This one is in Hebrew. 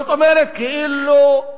זאת אומרת, כאילו,